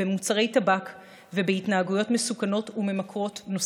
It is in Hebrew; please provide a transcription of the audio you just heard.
מוצרי טבק והתנהגויות מסוכנות נוספות.